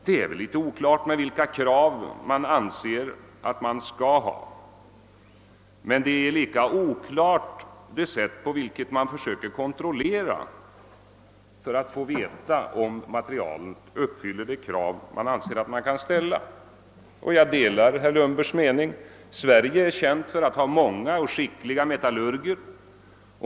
Det är väl litet oklart vilka krav man anser sig kunna ha. Men lika oklart är det sätt på vilket man försöker konstatera, om materialet uppfyller de fordringar man anser sig kunna ställa. Jag delar herr Lundbergs mening att Sverige är känt för att ha många och skickliga metallurger.